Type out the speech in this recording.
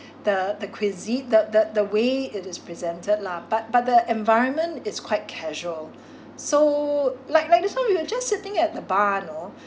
the the cuisine the the the way it is presented lah but but the environment is quite casual so like like this one we were just sitting at the bar you know